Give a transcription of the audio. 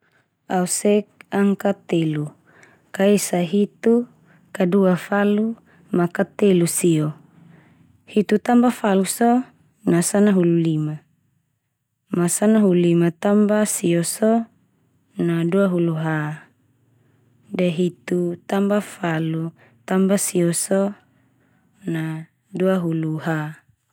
Au sek angka telu. Ka esa hitu, ka dua falu, ma ka telu sio. Hitu tambah falu so, na sanahulu lima. Ma sanahulu lima tambah sio so, na dua hulu ha. De hitu tambah falu tambah sio so na dua hulu ha.